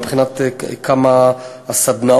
מבחינת מספר סדנאות,